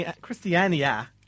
Christiania